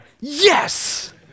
yes